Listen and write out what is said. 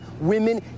women